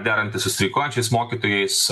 derantis su streikuojančiais mokytojais